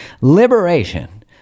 liberation